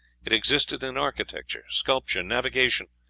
it existed in architecture, sculpture, navigation,